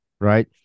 Right